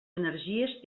energies